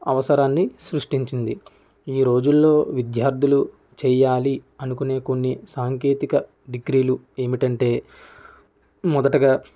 అవసరాన్ని సృష్టించింది ఈ రోజుల్లో విద్యార్థులు చేయాలి అనుకునే కొన్ని సాంకేతిక డిగ్రీలు ఏమిటంటే మొదటగా